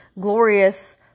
glorious